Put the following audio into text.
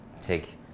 take